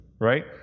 right